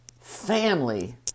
family